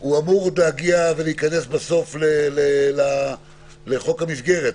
הוא אמור עוד להגיע ולהיכנס בסוף לחוק המסגרת,